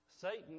Satan